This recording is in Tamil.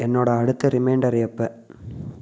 என்னோடய அடுத்த ரிமைண்டர் எப்போ